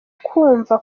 kumva